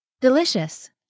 Delicious